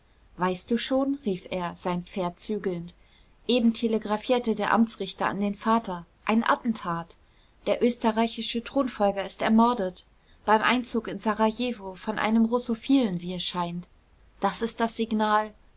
weißt du schon rief er sein pferd zügelnd eben telegraphierte der amtsrichter an den vater ein attentat der österreichische thronfolger ist ermordet beim einzug in serajewo von einem russophilen wie es scheint das ist das signal